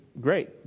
great